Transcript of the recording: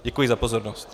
Děkuji za pozornost.